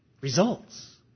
results